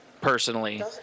personally